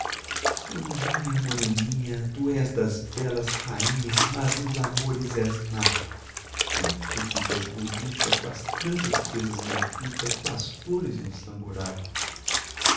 moreninha moreninha tu és das belas rainha mas nos amores és má como tu ficas bonita coas tranças presas na fita coas flores no samburá